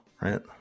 right